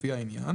לפי העניין"